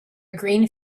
green